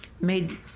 made